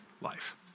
life